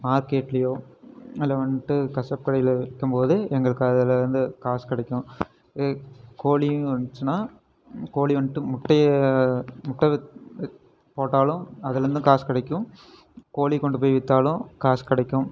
மார்கெட்லேயோ இல்லை வந்துட்டு கசாப்பு கடையிலயோ விற்கும்போது எங்களுக்கு அதில் வந்து காசு கிடைக்கும் இதே கோழியும் இருந்துச்சுன்னா கோழி வந்துட்டு முட்டையை முட்டை வித் போட்டாலும் அதிலருந்து காசு கிடைக்கும் கோழி கொண்டு போய் விற்றாலும் காசு கிடைக்கும்